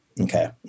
okay